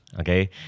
okay